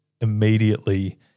immediately